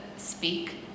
speak